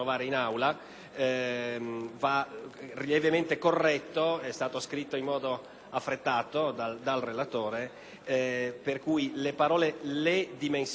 affrettato dal relatore - per cui le parole «le dimensioni dei» sono state soppresse e restano le parole «i contrassegni di tutte le liste di candidati